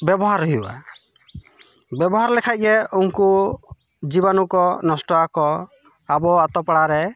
ᱵᱮᱵᱚᱦᱟᱨ ᱦᱩᱭᱩᱜᱼᱟ ᱵᱮᱵᱚᱦᱟᱨ ᱞᱮᱠᱷᱟᱡ ᱜᱮ ᱩᱱᱠᱩ ᱡᱤᱵᱟᱱᱩ ᱠᱚ ᱱᱚᱥᱴᱚᱜ ᱟᱠᱚ ᱟᱵᱚ ᱟᱹᱛᱩ ᱯᱟᱲᱟ ᱨᱮ